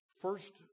first